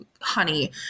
honey